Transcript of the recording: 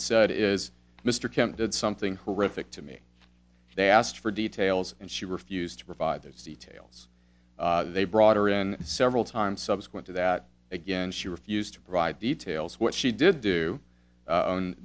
crockett said is mr kemp did something horrific to me they asked for details and she refused to provide those details they brought her in several times subsequent to that again she refused to provide details what she did do